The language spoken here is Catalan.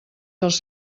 dels